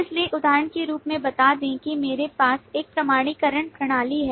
इसलिए एक उदाहरण के रूप में बता दें कि मेरे पास एक प्रमाणीकरण प्रणाली है